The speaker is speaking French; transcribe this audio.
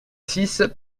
six